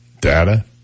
Data